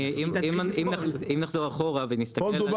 אם נחזור אחורה ונסתכל --- פה מדובר